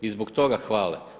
I zbog toga hvale.